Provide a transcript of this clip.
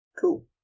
Cool